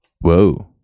Whoa